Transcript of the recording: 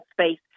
space